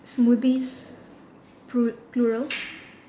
smoothies plu~ plural